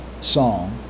song